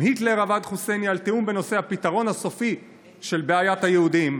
עם היטלר עבד חוסייני על תיאום בנושא הפתרון הסופי של בעיית היהודים,